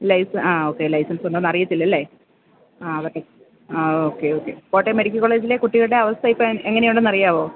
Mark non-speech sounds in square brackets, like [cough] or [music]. licence ആ okay license ഉണ്ടോ എന്നറിയത്തില്ല ഇല്ലേ ആ [unintelligible] ആ ഓക്കേ ഓക്കേ കോട്ടയം മെഡിക്കല് കോളേജിലെ കുട്ടികളുടെ അവസ്ഥ ഇപ്പോൾ എങ്ങനെ ഉണ്ടെന്ന് അറിയാമോ